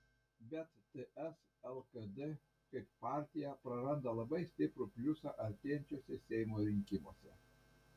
bet ts lkd kaip partija praranda labai stiprų pliusą artėjančiuose seimo rinkimuose